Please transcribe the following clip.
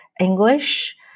English